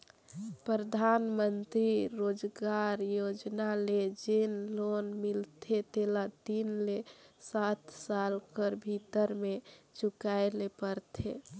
परधानमंतरी रोजगार योजना ले जेन लोन मिलथे तेला तीन ले सात साल कर भीतर में चुकाए ले परथे